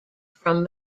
from